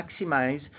maximize